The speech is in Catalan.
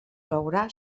plourà